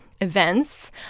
events